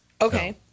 Okay